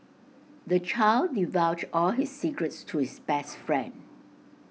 the child divulged all his secrets to his best friend